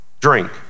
drink